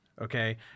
okay